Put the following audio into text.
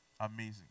Amazing